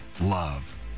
love